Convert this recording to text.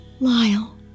Lyle